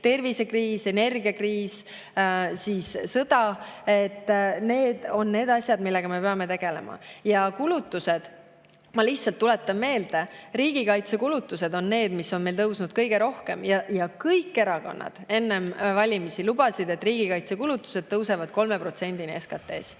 tervisekriis, energiakriis, siis sõda. Need on need asjad, millega me peame tegelema. Ja ma lihtsalt tuletan meelde, et riigikaitsekulutused on need, mis on meil tõusnud kõige rohkem. Kõik erakonnad enne valimisi lubasid, et riigikaitsekulutused tõusevad 3%‑ni SKT-st.